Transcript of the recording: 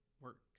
works